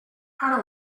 ara